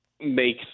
make